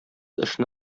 эшне